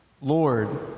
Lord